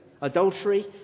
Adultery